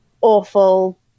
awful